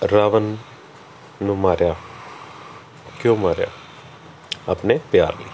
ਰਾਵਣ ਨੂੰ ਮਾਰਿਆ ਕਿਉਂ ਮਾਰਿਆ ਆਪਨੇ ਪਿਆਰ ਲਈ